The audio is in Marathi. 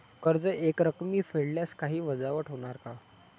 कर्ज एकरकमी फेडल्यास काही वजावट होणार का?